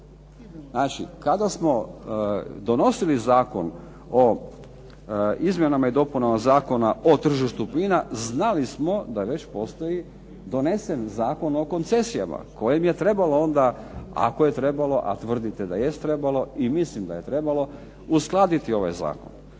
Znači, kada smo donosili Zakon o izmjenama i dopunama Zakona o tržištu plina znali smo da već postoji doneseni Zakon o koncesijama kojeg je trebalo onda ako je trebalo a tvrdite da jest trebalo i mislim da je trebalo uskladiti ovaj zakon.